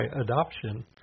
adoption